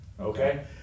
okay